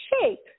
shape